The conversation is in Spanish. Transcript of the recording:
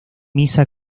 misa